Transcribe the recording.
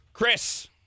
Chris